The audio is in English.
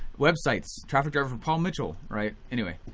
websites, traffic driver for paul mitchell, right? anyway,